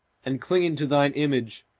and clinging to thine image,